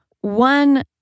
one